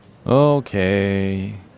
Okay